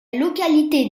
localité